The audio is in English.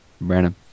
Brandon